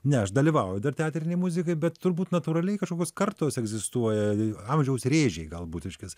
ne aš dalyvauju dar teatrinėj muzikoj bet turbūt natūraliai kažkokios kartos egzistuoja amžiaus rėžiai galbūt reiškias